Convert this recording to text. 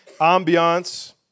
ambiance